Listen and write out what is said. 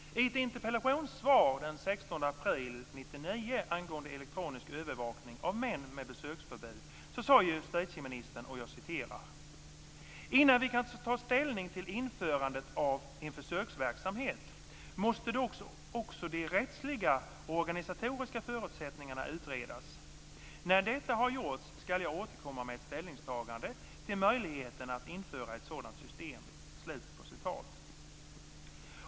I ett interpellationssvar den 16 april 1999 angående elektronisk övervakning av män med besöksförbud sade justitieministern: Innan vi kan ta ställning till införandet av en försöksverksamhet måste dock också de rättsliga och organisatoriska förutsättningarna utredas. När detta har gjorts ska jag återkomma med ett ställningstagande till möjligheten att införa ett sådant system.